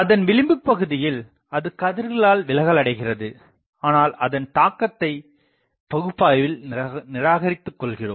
அதன் விளிம்புபகுதியில் அது கதிர்களால் விலகல்அடைகிறது ஆனால் அதன் தாக்கத்தைப் பகுப்பாய்வில் நிராகரித்துக் கொள்கிறோம்